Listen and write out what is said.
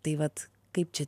tai vat kaip čia